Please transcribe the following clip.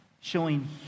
Showing